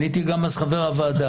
הייתי אז גם חבר הוועדה.